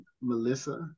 Melissa